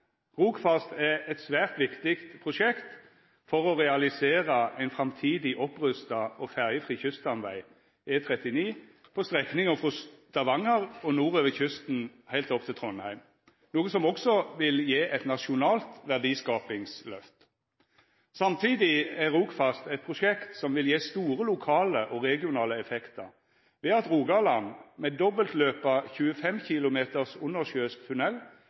Rogfast er eit svært viktig prosjekt for å realisera ein framtidig opprusta og ferjefri kyststamveg, E39, på strekninga frå Stavanger og nordover kysten heilt opp til Trondheim, noko som også vil gje eit nasjonalt verdiskapingsløft. Samtidig er Rogfast eit prosjekt som vil gje store lokale og regionale effektar ved at Rogaland med dobbeltløp 25